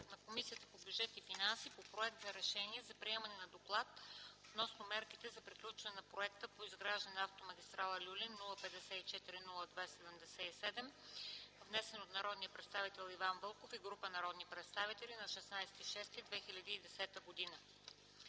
на Комисията по бюджет и финанси по Проект за решение за приемане на Доклад относно мерките за приключване на Проекта по изграждане на Автомагистрала „Люлин” № 054-02-77, внесен от народния представител Иван Вълков и група народни представители на 16 юни 2010 г.